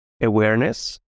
awareness